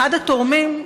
אחד התורמים,